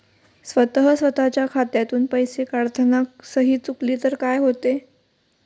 स्वतः स्वतःच्या खात्यातून पैसे काढताना सही चुकली तर काय होते?